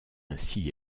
ainsi